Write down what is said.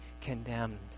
condemned